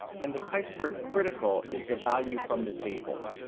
and the chi-square critical is the value from the table.